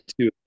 two